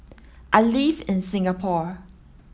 I live in Singapore